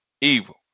evil